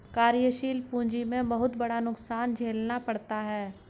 कार्यशील पूंजी में बहुत बड़ा नुकसान झेलना पड़ता है